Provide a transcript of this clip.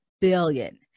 billion